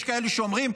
יש כאלה שאומרים,